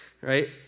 right